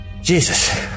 Jesus